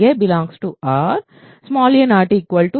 a Ra 0